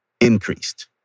increased